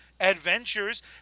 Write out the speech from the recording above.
adventures